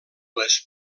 les